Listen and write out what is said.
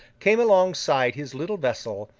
came alongside his little vessel,